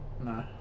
No